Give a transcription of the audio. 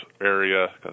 area